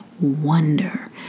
wonder